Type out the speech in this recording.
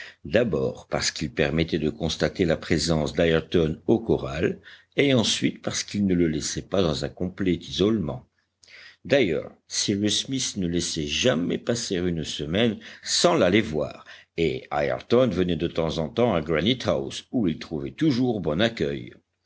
d'abord parce qu'il permettait de constater la présence d'ayrton au corral et ensuite parce qu'il ne le laissait pas dans un complet isolement d'ailleurs cyrus smith ne laissait jamais passer une semaine sans l'aller voir et ayrton venait de temps en temps à granite house où il trouvait toujours bon accueil